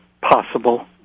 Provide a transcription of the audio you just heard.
possible